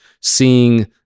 seeing